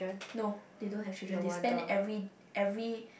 no they don't have children they spend every every